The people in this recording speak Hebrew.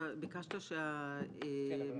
ביקשת --- כן,